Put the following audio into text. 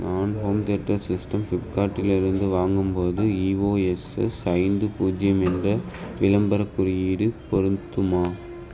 நான் home theatre system ஃப்ளிப்கார்ட்லிருந்து வாங்கும்போது இஓஎஸ்எஸ் ஐந்து பூஜ்ஜியம் என்ற விளம்பரக் குறியீடு பொருத்துமா